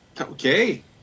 Okay